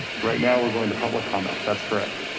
right now. we're going to public comment. that's correct.